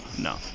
no